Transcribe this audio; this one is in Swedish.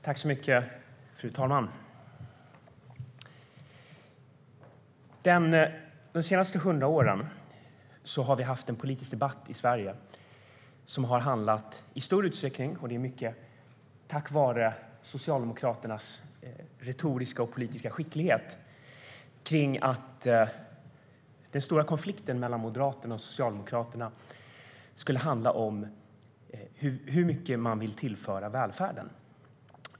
Fru talman! De senaste 100 åren har vi haft en politisk debatt i Sverige som i stor utsträckning har handlat om, mycket tack vare Socialdemokraternas retoriska och politiska skicklighet, att den stora konflikten mellan Moderaterna och Socialdemokraterna gäller hur mycket man vill tillföra välfärden.